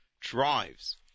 Drives